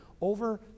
over